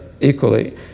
equally